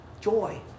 Joy